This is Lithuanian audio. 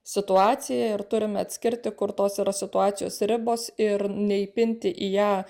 situaciją ir turime atskirti kur tos yra situacijos ribos ir neįpinti į ją